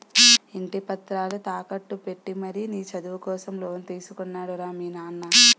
ఇంటి పత్రాలు తాకట్టు పెట్టి మరీ నీ చదువు కోసం లోన్ తీసుకున్నాడు రా మీ నాన్న